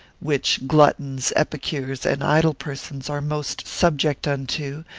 which gluttons, epicures, and idle persons are most subject unto,